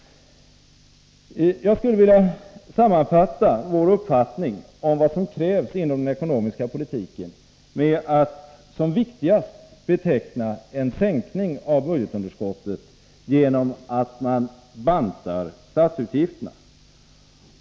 Jag skulle vilja sammanfatta vår uppfattning om vad som krävs inom den ekonomiska politiken med att som viktigast beteckna en sänkning av budgetunderskottet genom att man bantar statsutgifterna.